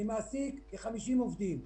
אני מעסיק כ-50 עובדים.